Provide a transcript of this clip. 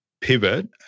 pivot